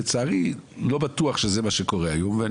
לצערי לא בטוח שזה מה שקורה היום,